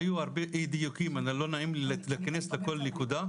היו הרבה דיוקים וואלה לא נעים לי להיכנס לכל נקודה.